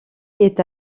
est